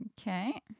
Okay